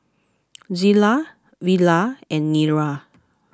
Zillah Villa and Nira